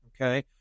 okay